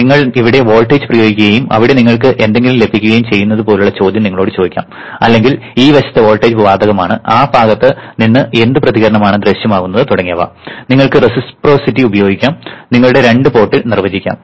നിങ്ങൾ ഇവിടെ വോൾട്ടേജ് പ്രയോഗിക്കുകയും അവിടെ നിങ്ങൾക്ക് എന്തെങ്കിലും ലഭിക്കുകയും ചെയ്യുന്നതുപോലുള്ള ചോദ്യം നിങ്ങളോട് ചോദിക്കാം അല്ലെങ്കിൽ ഈ വശത്ത് വോൾട്ടേജ് ബാധകമാണ് ആ ഭാഗത്ത് നിന്ന് എന്ത് പ്രതികരണമാണ് ദൃശ്യമാകുന്നത് തുടങ്ങിയവ നിങ്ങൾക്ക് റെസിപ്രൊസിറ്റി ഉപയോഗിക്കാം നിങ്ങളുടെ രണ്ട് പോർട്ടിൽ നിർവ്വചിക്കാം